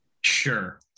Sure